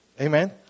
Amen